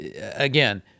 again